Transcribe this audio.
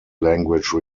language